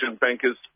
bankers